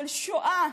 של שואה,